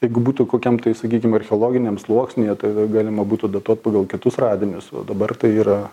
jeigu būtų kokiam tai sakykim archeologiniam sluoksnyje tada galima būtų datuot pagal kitus radinius o dabar tai yra